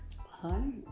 honey